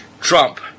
Trump